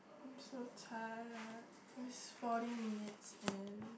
I'm so tired it's forty minutes in